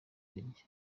ubwenge